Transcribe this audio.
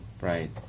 right